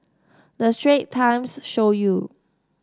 the Straits Times show you